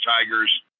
Tigers